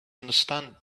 understand